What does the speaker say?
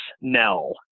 Nell